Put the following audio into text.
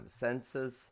sensors